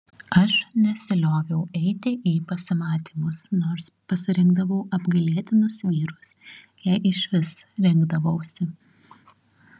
aš nesilioviau eiti į pasimatymus nors pasirinkdavau apgailėtinus vyrus jei išvis rinkdavausi